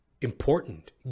important